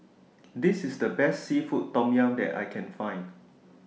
This IS The Best Seafood Tom Yum that I Can Find